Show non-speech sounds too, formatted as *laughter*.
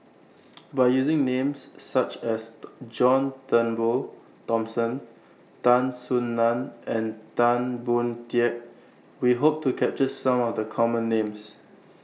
By using Names such as *noise* John Turnbull Thomson Tan Soo NAN and Tan Boon Teik We Hope to capture Some of The Common Names